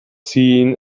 seen